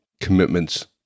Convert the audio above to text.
commitments